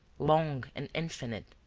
long and infinite.